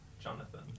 Jonathan